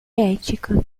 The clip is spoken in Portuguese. ética